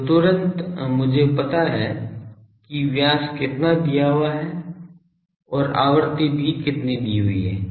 तो तुरंत मुझे पता है कि व्यास कितना दिया हुआ है और आवृत्ति भी दी हुई है